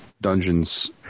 dungeons